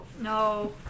No